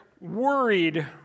worried